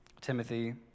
Timothy